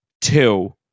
two